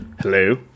hello